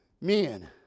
men